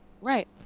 right